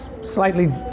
slightly